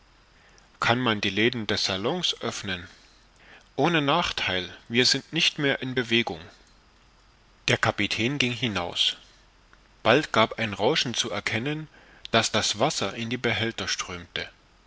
kann man die läden des salons öffnen ohne nachtheil wir sind nicht mehr in bewegung der kapitän ging hinaus bald gab ein rauschen zu erkennen daß das wasser in die behälter strömte